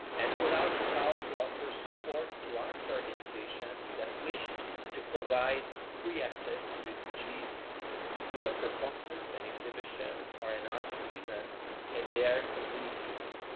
and put out a call to offer support to arts organizations that wished to provide free access to refugees to a performance, an exhibition or an arts event in their communities,